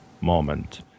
moment